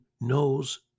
knows